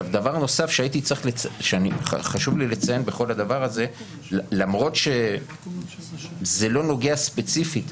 דבר נוסף שחשוב לי לציין למרות שזה לא נוגע ספציפית.